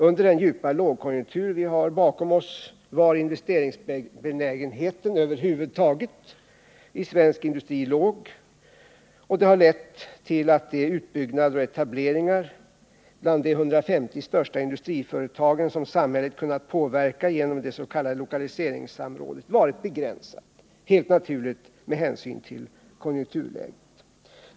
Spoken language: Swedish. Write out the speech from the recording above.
Under den djupa lågkonjunktur vi har bakom oss var investeringsbenägenheten över huvud taget inom svensk industri låg. Det har lett till att de utbyggnader och etableringar bland de 150 största industriföretagen som samhället kunnat påverka genom det s.k. lokaliseringssamrådet varit begränsade — det är helt naturligt med hänsyn till konjunkturläget.